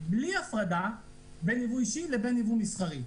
בלי הפרדה בין יבוא אישי ליבוא מסחרי,